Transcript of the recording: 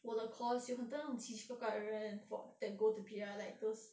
我的 course 有很多那种奇奇怪怪的人 that go to P_R ya like those